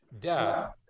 death